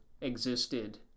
existed